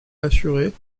assurée